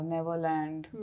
Neverland